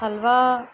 halwa